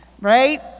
Right